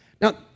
Now